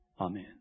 amen